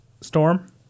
Storm